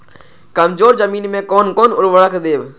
कमजोर जमीन में कोन कोन उर्वरक देब?